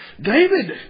David